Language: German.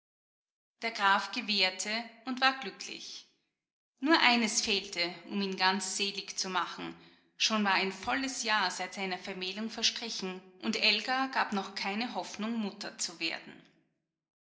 der graf gewährte und war glücklich nur eines fehlte um ihn ganz selig zu machen schon war ein volles jahr seit seiner vermählung verstrichen und elga gab noch keine hoffnung mutter zu werden